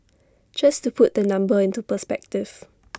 just to put the number into perspective